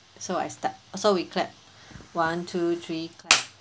so I start so we clap